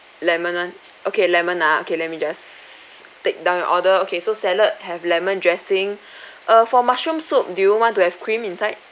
lemon [one] okay lemon ah okay let me just take down your order okay so salad have lemon dressing uh for mushroom soup do you want to have cream inside